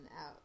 out